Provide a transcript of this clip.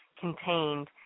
contained